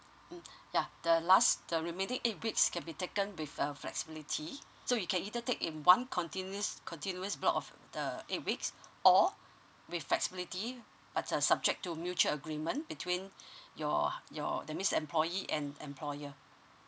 um the last the remaining eight weeks can be taken with err flexibility so you can either take in one continuous continuous block of the eight weeks or with flexibility but subject to mutual agreement between your your that means employee and employer